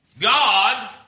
God